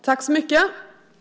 Fru talman!